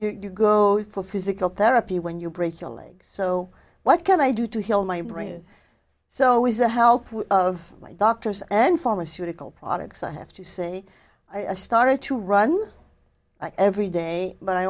you go for physical therapy when you break your leg so what can i do to heal my brain so is the help of my doctors and pharmaceutical products i have to say i started to run every day but i